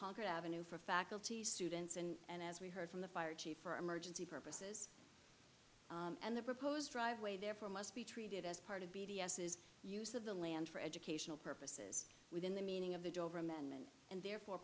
concord avenue for faculty students and as we heard from the fire chief for emergency purposes and the proposed driveway therefore must be treated as part of b d s is use of the land for educational purposes within the meaning of the dover amendment and therefore